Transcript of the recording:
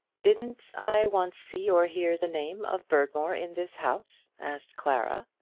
didn't i once see or hear the name of berdmore in this house? asked clara.